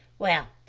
well,